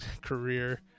career